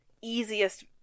easiest